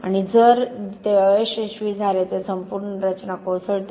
आणि जर ते अयशस्वी झाले तर संपूर्ण रचना कोसळते